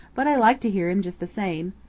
but i like to hear him just the same.